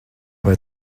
vai